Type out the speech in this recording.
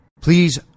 Please